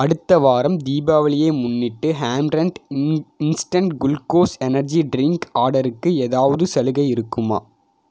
அடுத்த வாரம் தீபாவளியை முன்னிட்டு ஹாம்ரன்ட் இன்ஸ்டன்ட் குளுக்கோஸ் எனர்ஜி ட்ரிங்க் ஆர்டருக்கு ஏதாவது சலுகை இருக்குமா